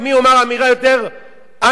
ומי יאמר אמירה יותר אנטי-דתית.